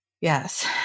Yes